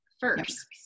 first